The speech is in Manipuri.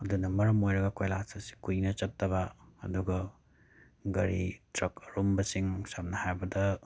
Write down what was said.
ꯑꯗꯨꯅ ꯃꯔꯃ ꯑꯣꯏꯔꯒ ꯀꯣꯏꯂꯥꯁ ꯑꯁꯤ ꯀꯨꯏꯅ ꯆꯠꯇꯕ ꯑꯗꯨꯒ ꯒꯥꯔꯤ ꯇ꯭ꯔꯛ ꯑꯔꯨꯝꯕꯁꯤꯡ ꯁꯝꯅ ꯍꯥꯏꯔꯕꯗ